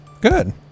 Good